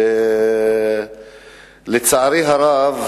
לצערי הרב,